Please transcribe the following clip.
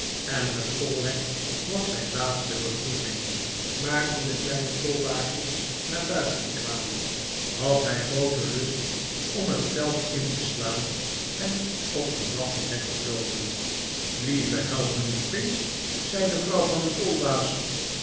en dat tolhek was zijn laatste beproeving maar toen de kleine tolbaasjes naar buiten kwamen had hij grooten lust om het veld in te slaan en op een drafje weg te loopen lieve help mijnheer pinch zei de vrouw van den tolbaas